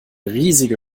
riesige